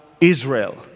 Israel